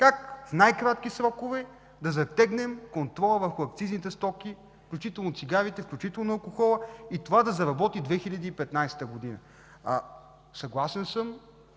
как в най-кратки срокове да затегнем контрола върху акцизните стоки, включително цигарите и алкохола и това да заработи през 2015 г. Съгласен съм,